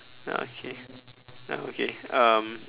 ya okay ya okay um